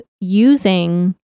using